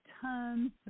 tons